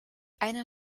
einer